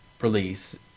release